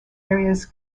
areas